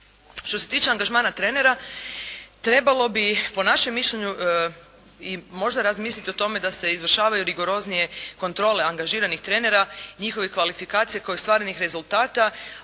Što se tiče angažmana trenera trebalo bi po našem mišljenju možda razmisliti o tome da se izvršavaju rigoroznije kontrole angažiranih trenera, njihovih kvalifikacija kao i ostvarenih rezultata